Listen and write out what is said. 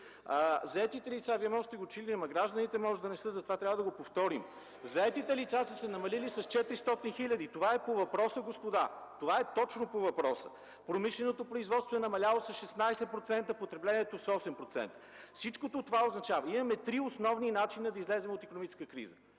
Вие може да сте го чули, но гражданите може да не са го чули, затова трябва да го повторим. Заетите лица са се намалили с 400 хиляди. Това е по въпроса, господа! Това е точно по въпроса! Промишленото производство е намаляло с 16%, потреблението – с 8%. Имаме три основни начина да излезем от икономическата криза.